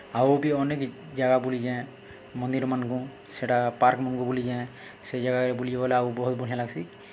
ଆଉ ବି ଅନେକ୍ ଜାଗା ବୁଲିଚେଁ ମନ୍ଦିରମାନ୍କୁ ସେଟା ପାର୍କ୍ମାନ୍କୁ ବୁଲିଚେଁ ସେ ଜାଗାରେ ବୁଲି ଗଲେ ଆଉ ବହୁତ୍ ବଢ଼ିଆ ଲାଗ୍ସି